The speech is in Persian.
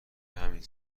همین